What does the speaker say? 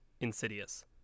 Insidious